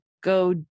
go